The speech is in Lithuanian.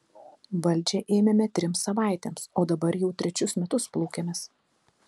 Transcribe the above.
valdžią ėmėme trims savaitėms o dabar jau trečius metus plūkiamės